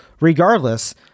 Regardless